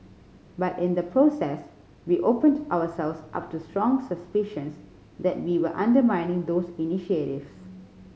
but in the process we opened ourselves up to strong suspicions that we were undermining those initiatives